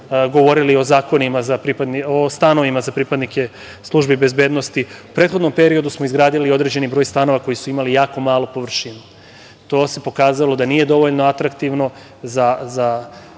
govorili o stanovima za pripadnike službi bezbednosti. U prethodnom periodu smo izgradili određeni broj stanova koji su imali jako malu površinu. To se pokazalo da nije dovoljno atraktivno za